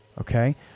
okay